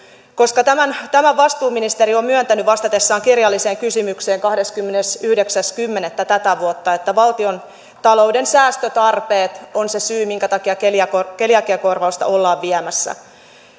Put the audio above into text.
tämän tämän vastuuministeri on myöntänyt vastatessaan kirjalliseen kysymykseen kahdeskymmenesyhdeksäs kymmenettä tänä vuonna että valtiontalouden säästötarpeet on se syy minkä takia keliakiakorvausta ollaan viemässä